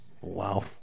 wow